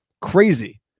crazy